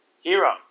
hero